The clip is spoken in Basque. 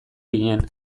ginen